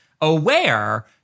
aware